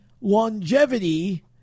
longevity